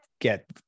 get